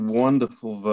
wonderful